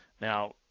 Now